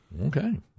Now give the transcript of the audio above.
Okay